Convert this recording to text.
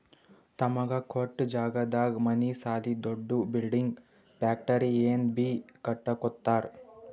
ತಮಗ ಕೊಟ್ಟ್ ಜಾಗದಾಗ್ ಮನಿ ಸಾಲಿ ದೊಡ್ದು ಬಿಲ್ಡಿಂಗ್ ಫ್ಯಾಕ್ಟರಿ ಏನ್ ಬೀ ಕಟ್ಟಕೊತ್ತರ್